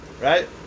right